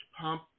pump